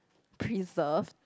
preserved